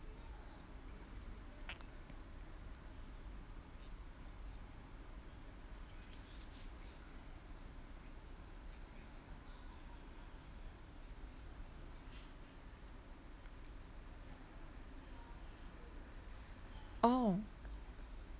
oh